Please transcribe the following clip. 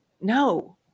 no